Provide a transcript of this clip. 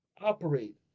operate